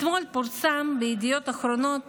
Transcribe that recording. אתמול פורסם בידיעות אחרונות